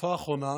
בתקופה האחרונה